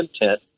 intent